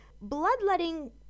Bloodletting